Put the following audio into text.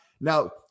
Now